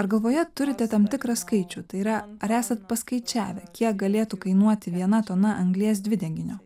ar galvoje turite tam tikrą skaičių tai yra ar esate paskaičiavę kiek galėtų kainuoti viena tona anglies dvideginio